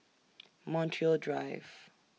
Montreal Drive